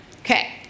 Okay